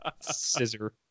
Scissor